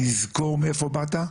לזכור מאיפה באת,